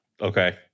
Okay